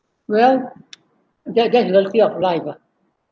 well that that's reality of life ah